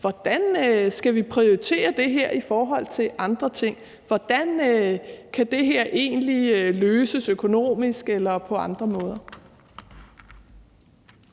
hvordan vi skal prioritere et eller andet i forhold til andre ting, og hvordan det egentlig kan løses økonomisk eller på andre måder.